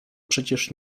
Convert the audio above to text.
przecież